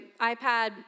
iPad